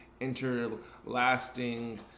interlasting